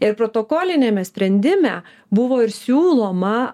ir protokoliniame sprendime buvo ir siūloma